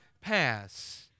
pass